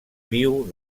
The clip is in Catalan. viu